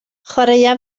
chwaraea